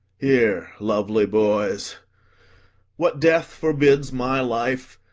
here, lovely boys what death forbids my life,